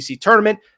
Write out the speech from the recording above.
tournament